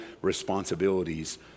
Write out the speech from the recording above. responsibilities